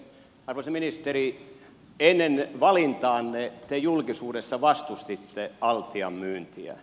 arvoisa ministeri ennen valintaanne te julkisuudessa vastustitte altian myyntiä